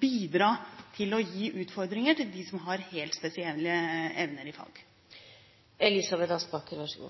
bidra med å gi utfordringer til dem som har helt spesielle evner i fag. Jeg